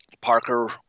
Parker